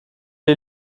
est